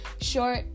short